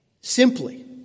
Simply